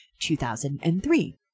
2003